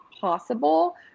possible